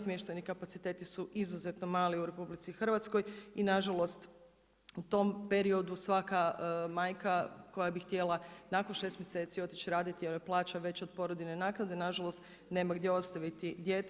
Smještajni kapaciteti su izuzetno mali u Republici Hrvatskoj i na žalost u tom periodu svaka majka koja bi htjela nakon šest mjeseci otići raditi jer joj je plaća veća od porodiljne naknade na žalost nema gdje ostaviti dijete.